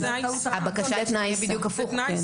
הבקשה לתנאי זה בדיוק הפוך.